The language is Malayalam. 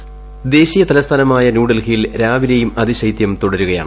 വോയ്സ് ദേശീയ തലസ്ഥാനമായ ന്യൂഡൽഹിയിൽ രാവിലെയും അതിശൈത്യം തുടരുകയാണ്